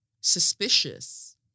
suspicious